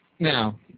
Now